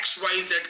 XYZ